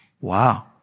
Wow